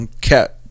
Cat